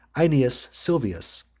aeneas sylvius,